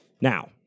Now